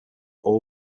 all